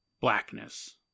blackness